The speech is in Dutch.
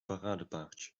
paradepaardje